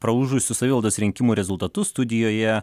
praūžusių savivaldos rinkimų rezultatus studijoje